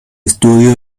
estudio